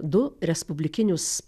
du respublikinius